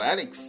Alex 。